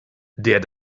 der